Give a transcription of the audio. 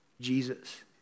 Jesus